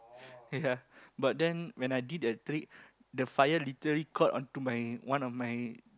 ya but then when I did the trick the fire literally caught onto my one of my